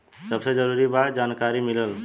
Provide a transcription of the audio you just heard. सबसे जरूरी बा जानकारी मिलल